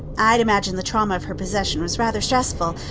i'd imagine the trauma of her possession was rather stressful.